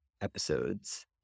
episodes